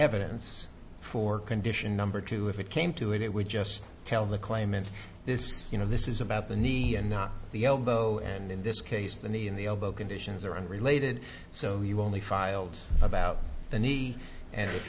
evidence for condition number two if it came to it it would just tell the claimant this you know this is about the needy and not the elbow and in this case the knee in the elbow conditions are unrelated so you only filed about the need and if